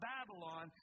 Babylon